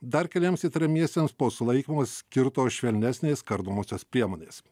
dar keliems įtariamiesiems po sulaikymo skirtos švelnesnės kardomosios priemonės